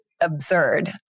absurd